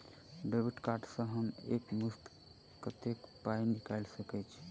Debit card सँ हम एक मुस्त कत्तेक पाई निकाल सकय छी?